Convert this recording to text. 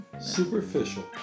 Superficial